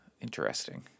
interesting